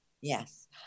Yes